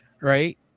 Right